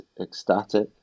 ecstatic